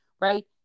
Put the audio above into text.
right